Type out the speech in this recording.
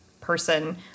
person